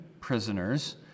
prisoners